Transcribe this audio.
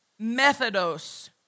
methodos